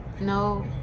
no